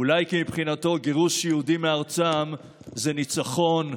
אולי כי מבחינתו גירוש יהודים מארצם זה ניצחון.